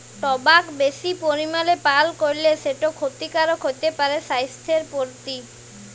টবাক বেশি পরিমালে পাল করলে সেট খ্যতিকারক হ্যতে পারে স্বাইসথের পরতি